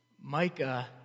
Micah